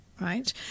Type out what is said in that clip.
right